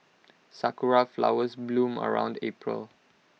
Sakura Flowers bloom around April